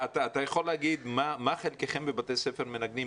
אתה יכול להגיד מה חלקכם בבתי ספר מנגנים?